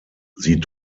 sie